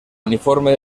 uniforme